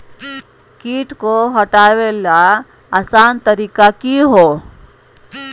किट की हटाने के ली आसान तरीका क्या है?